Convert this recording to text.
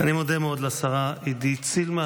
אני מודה מאוד לשרה עידית סילמן.